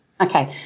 Okay